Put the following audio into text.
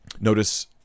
notice